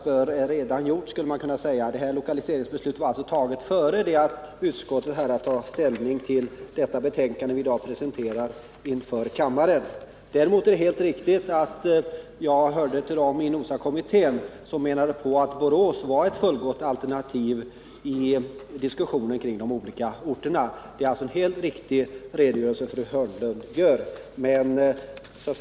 Beslutet om lokaliseringen var alltså fattat då utskottet hade att ta ställning till det betänkande som vi i dag behandlar i kammaren. Det är helt riktigt att jag hörde till dem i NOSA kommittén som vid diskussionen kring de olika orterna ansåg att Borås var ett fullgott alternativ. Fru Hörnlunds redogörelse är alltså helt riktig.